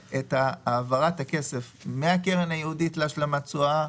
העברת הכסף תהיה מהקרן הייעודית להשלמת תשואה,